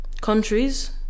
countries